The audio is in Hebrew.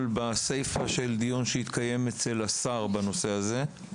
בסיפא של דיון שהתקיים אצל השר בנושא הזה,